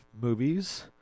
movies